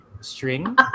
string